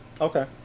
Okay